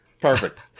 Perfect